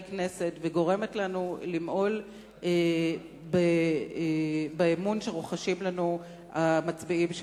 כנסת וגורמת לנו למעול באמון שרוחשים לנו המצביעים שלנו.